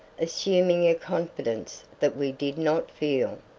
assuming a confidence that we did not feel.